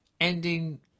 Ending